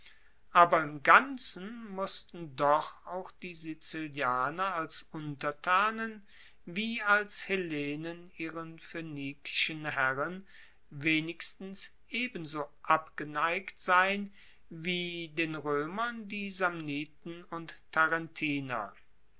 aber im ganzen mussten doch auch die sizilianer als untertanen wie als hellenen ihren phoenikischen herren wenigstens ebenso abgeneigt sein wie den roemern die samniten und tarentiner